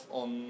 on